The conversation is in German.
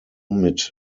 mit